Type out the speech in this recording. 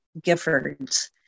Giffords